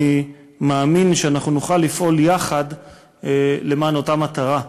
אני מאמין שאנחנו נוכל לפעול יחד למען אותה מטרה: